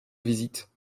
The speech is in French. visite